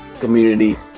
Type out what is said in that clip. community